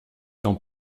dans